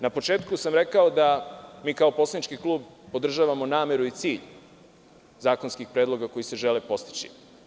Na početku sam rekao da mi, kao poslanički klub, podržavamo nameru i cilj zakonskih predloga koji se žele postići.